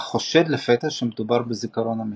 אך חושד לפתע שמדובר בזיכרון אמיתי.